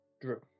Drew